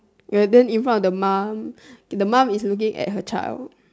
well then in front of the mom the mom is looking at her child